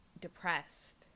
depressed